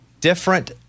different